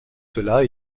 cela